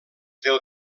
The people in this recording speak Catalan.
del